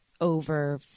over